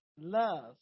love